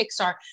Pixar